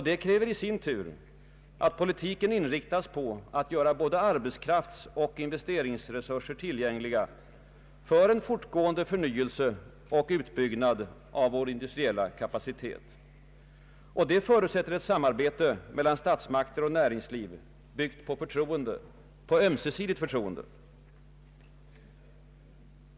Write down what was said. Det kräver i sin tur att politiken inriktas på att göra både arbetskraftsoch investeringsresurser tillgängliga för en fortgående förnyelse och utbyggnad av vår industriella kapacitet. Och detta förutsätter ett samarbete mellan statsmakter och näringsliv byggt på förtroende, på ömsesidigt förtroende.